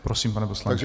Prosím, pane poslanče.